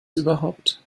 überhaupt